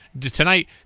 Tonight